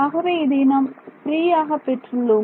ஆகவே இதை நாம் ஃப்ரீயாக பெற்றுள்ளோம்